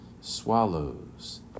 swallows